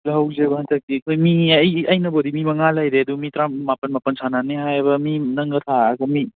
ꯂꯧꯍꯧꯁꯦꯕ ꯍꯟꯗꯛꯇꯤ ꯑꯩꯈꯣꯏ ꯃꯤ ꯑꯩꯅꯕꯨꯗꯤ ꯃꯤ ꯃꯉꯥ ꯂꯩꯔꯦ ꯑꯗꯨ ꯃꯤ ꯃꯥꯄꯜ ꯃꯥꯄꯜ ꯁꯥꯟꯅꯅꯤ ꯍꯥꯏꯌꯦꯕ ꯃꯤ ꯅꯪꯒ ꯊꯥꯔꯒ ꯃꯤ